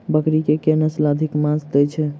बकरी केँ के नस्ल अधिक मांस दैय छैय?